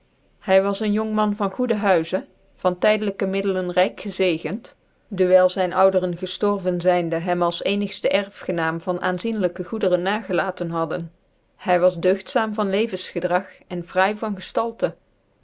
hy was een jongman van goede huize van tydclijkc ke middelen rykclijk gezegent dcwyl zyn ouderen geftorven zyndc hem nis eenigftc erfgenaam van aanzienlijke goederen nagelaten hadden hy wjft deugtzaam van levensgedrag en fraai van gcftaltc